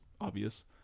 obvious